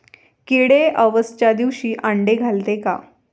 किडे अवसच्या दिवशी आंडे घालते का?